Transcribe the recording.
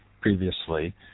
previously